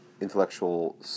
intellectual